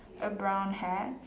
a brown hat